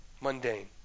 mundane